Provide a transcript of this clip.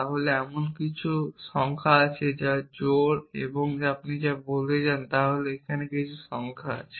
তাহলে এমন কিছু সংখ্যা আছে যা জোড় এবং আপনি যা বলতে চান তা হল এখানে কিছু সংখ্যা আছে